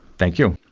thank you.